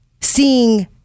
seeing